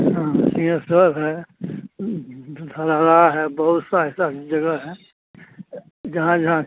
हाँ सिंहेश्वर है धरहरा है बहुत सारी ऐसी जगहें हैं जहाँ जहाँ